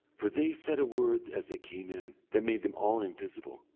for they said a word as they came in, that made them all invisible,